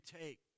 take